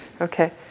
okay